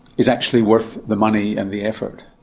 it's actually worth the money and the effort?